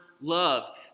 love